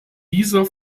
dieser